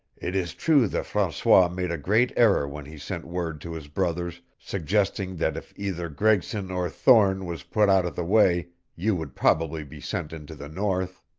it is true that francois made a great error when he sent word to his brothers suggesting that if either gregson or thorne was put out of the way you would probably be sent into the north.